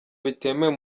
bitemewe